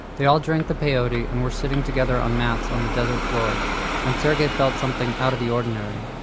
they all drank the peyote and were sitting together on mats on the desert floor when sergey felt something out of the ordinary,